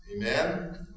Amen